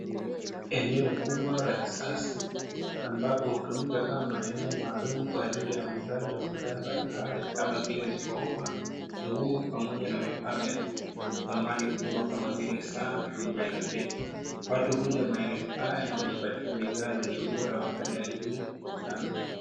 Eneo kubwa la kisasa ambapo hutumika kama maeneo maalumu kwa ajili ya uuzaji wa bidhaa mbalimbali kama vile mikoba, nguo pamoja na vifaa vya thamani kubwa kama vile saa pamoja na peni, watu huja maeneo haya na kijipatia bidhaa zenye ubora wa hali ya juu sana.